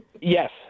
Yes